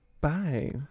bye